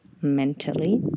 mentally